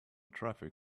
traffic